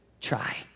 try